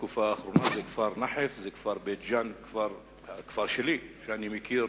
בכפר נחף, בכפר בית-ג'ן, הכפר שלי, שאני מכיר